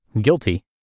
guilty